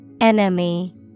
enemy